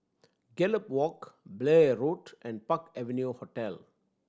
Gallop Walk Blair Road and Park Avenue Hotel